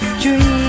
dream